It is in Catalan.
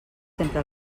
sempre